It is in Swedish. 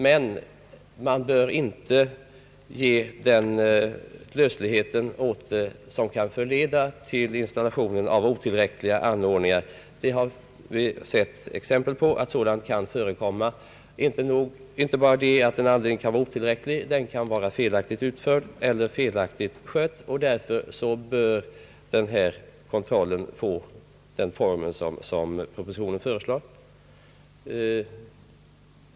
Men man bör inte ge sådan löslighet åt bestämmelserna att de kan förleda till installationer av otillräckliga anordningar. Vi har sett exempel på att sådant kan förekomma. Det är inte bara det att en installation kan vara otillräcklig, den kan också vara felaktigt utförd eller felaktigt skött. Därför bör denna kontroll få den utformning som propositionen föreslår.